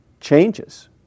changes